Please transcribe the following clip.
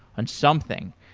on something.